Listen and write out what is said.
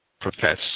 profess